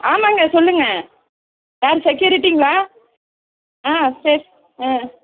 ஆமாம்ங்க சொல்லுங்கள் யார் செக்யூரிட்டிங்களா ஆ சே ஆ